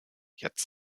jetzt